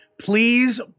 please